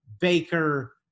Baker